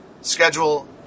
schedule